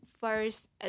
first